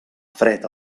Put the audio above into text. fred